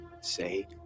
Say